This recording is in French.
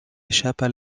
échappent